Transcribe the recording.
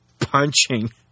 punching